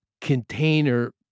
container